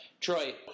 Troy